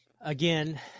Again